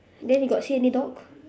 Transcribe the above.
then you got see any dog